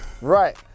Right